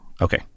okay